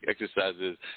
exercises